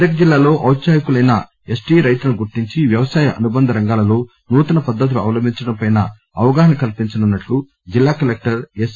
మెదక్ జిల్లాలో ఔత్సాహికులైన ఎస్టీ రైతులను గుర్తించి వ్యవసాయ అనుబంధ రంగాలలో నూతన పద్దతులు అవలంభించడంపై అవగాహన కల్పించనున్నట్టు జిల్లా కలెక్టర్ యస్